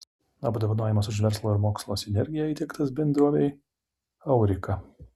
apdovanojimas už verslo ir mokslo sinergiją įteiktas bendrovei aurika